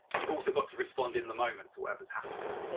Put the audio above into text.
have also got to respond in the moment to whatever's happening.